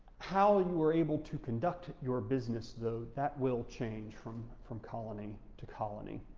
how ah you were able to conduct your business though, that will change from from colony to colony.